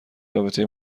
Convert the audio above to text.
رابطه